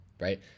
right